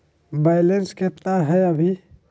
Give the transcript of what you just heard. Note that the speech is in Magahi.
बैलेंस केतना हय अभी?